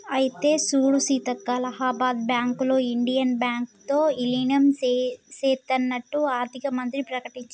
అయితే సూడు సీతక్క అలహాబాద్ బ్యాంకులో ఇండియన్ బ్యాంకు తో ఇలీనం సేత్తన్నట్టు ఆర్థిక మంత్రి ప్రకటించాడు